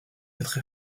feutre